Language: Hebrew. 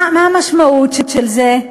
מה המשמעות של זה?